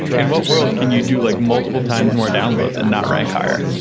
in what world can you do like multiple times more download and not rank higher?